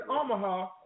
Omaha